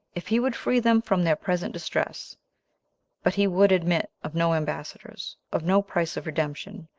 if he would free them from their present distress but he would admit of no ambassadors, of no price of redemption,